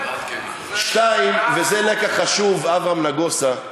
השני, וזה לקח חשוב, אברהם נגוסה: